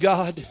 God